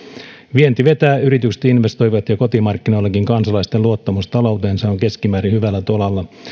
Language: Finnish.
vienti vetää yritykset investoivat ja kotimarkkinoillakin kansalaisten luottamus talouteensa on keskimäärin hyvällä tolalla